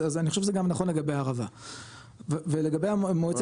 אז אני חושב שזה גם נכון לגבי הערבה ולגבי מועצת